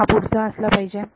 हा पुढचा असला पाहिजे